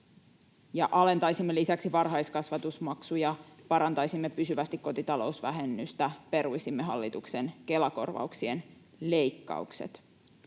Alentaisimme lisäksi varhaiskasvatusmaksuja, parantaisimme pysyvästi kotitalousvähennystä, peruisimme hallituksen Kela-korvauksien leikkaukset.